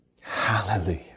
Hallelujah